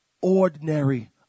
ordinary